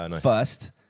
first